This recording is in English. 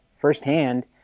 firsthand